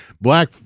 Black